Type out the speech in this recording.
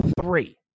Three